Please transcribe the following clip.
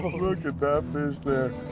look at that fish there.